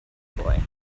boy